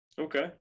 Okay